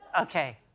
Okay